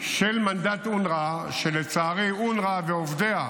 של מנדט אונר"א, שלצערי אונר"א ועובדיה,